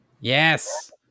Yes